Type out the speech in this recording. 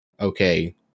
okay